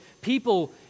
people